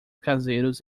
caseiros